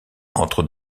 entre